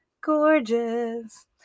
Gorgeous